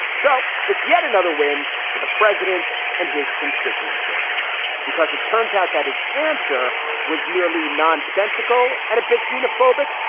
so it's yet another win for the president and his constituency because it turns out that his answer was merely nonsensical and a bit xenophobic.